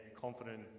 confident